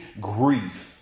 grief